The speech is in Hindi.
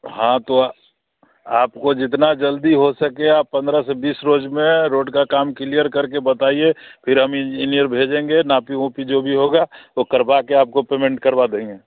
हाँ तो अ आपको जितना जल्दी हो सके आप पंद्रह से बीस रोज़ में रोड का काम किलियर करके बताइए फिर हम इंजीनियर भेजेंगे नाप उप जो भी होगा वो करवा कर आपको पेमेंट करवा देंगे